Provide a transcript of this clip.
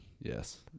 Yes